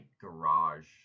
garage